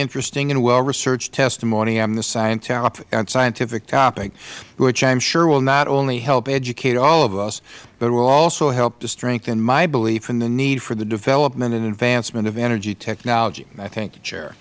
interesting and well researched testimony on the scientific topic which i am sure will not only help educate all of us but will also help to strengthen my belief in the need for the development and advancement of energy technology and i thank the chair